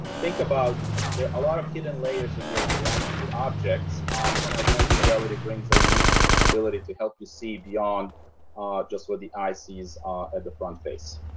think about there are a lot of hidden layers when um you're interacting with objects and augmented reality brings a unique ability to help you see beyond just what the eye sees at the front face.